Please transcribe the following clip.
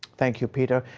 thank you, peter.